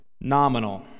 nominal